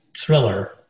thriller